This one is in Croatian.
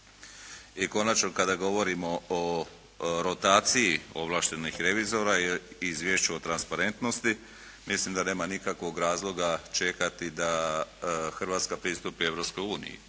I konačno kada govorimo o rotaciji ovlaštenih revizora, izvješću o transparentnosti mislim da nema nikakvog razloga čekati da Hrvatska pristupi